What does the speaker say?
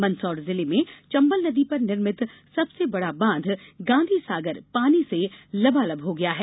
मंदसौर जिले में चंबल नदी पर निर्मित सबसे बड़ा बांध गांधीसागर पानी से लबालब हो गया है